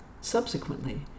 Subsequently